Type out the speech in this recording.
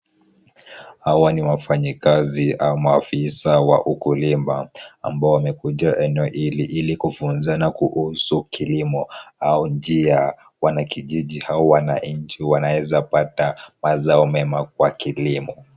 Hawa ni wafanyakazi ama maafisa wa ukulima, ambao wamekuja eneo hili ili kufunzana kuhusu kilimo au njia wanakijiji au wananchi wanaweza pata mazao mema kwa kilimo.